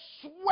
sweat